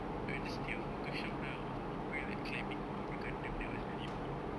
I just did a photoshop lah of people like climbing onto the that was very old